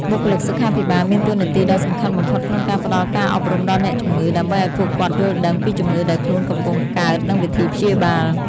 បុគ្គលិកសុខាភិបាលមានតួនាទីដ៏សំខាន់បំផុតក្នុងការផ្តល់ការអប់រំដល់អ្នកជំងឺ ដើម្បីឱ្យពួកគាត់យល់ដឹងពីជំងឺដែលខ្លួនកំពុងកើតនិងវិធីព្យាបាល។